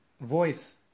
voice